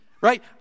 Right